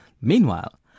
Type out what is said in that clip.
Meanwhile